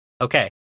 Okay